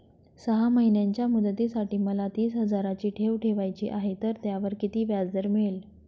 सहा महिन्यांच्या मुदतीसाठी मला तीस हजाराची ठेव ठेवायची आहे, तर त्यावर किती व्याजदर मिळेल?